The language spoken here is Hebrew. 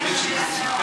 אדוני השר,